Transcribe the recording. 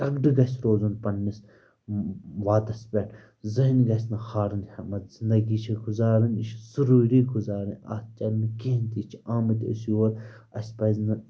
تَگڑٕ گژھِ روزُن پنٛنِس وادَس پٮ۪ٹھ زٔہٕنۍ گژھِ نہٕ ہارٕنۍ ہٮ۪مَت زندگی چھِ گُزارٕنۍ یہِ چھِ ضٔروٗری گُزارٕنۍ اَتھ چَلہِ نہٕ کِہیٖنۍ تہِ یہِ چھِ آمٕتۍ أسۍ یور اَسہِ پَزِ نہٕ